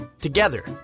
together